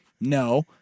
no